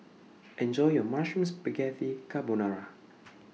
Enjoy your Mushroom Spaghetti Carbonara